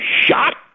shot